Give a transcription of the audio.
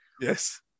Yes